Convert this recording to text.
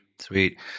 Sweet